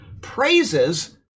praises